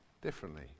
differently